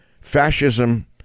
fascism